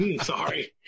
sorry